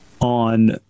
on